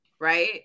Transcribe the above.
right